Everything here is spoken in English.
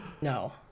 no